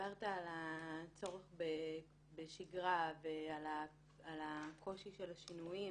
דיברת על הצורך בשגרה ועל הקושי של השינויים,